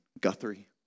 Guthrie